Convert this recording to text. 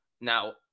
now